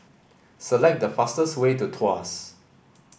select the fastest way to Tuas